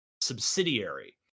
subsidiary